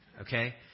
Okay